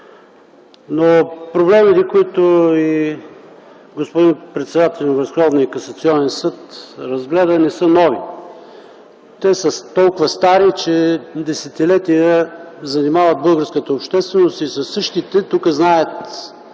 Проблемите, които господин председателят на Върховния касационен съд разгледа, не са нови. Те са толкова стари, че десетилетия занимават българската общественост. Те са същите. Знаят